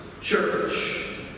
church